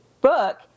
book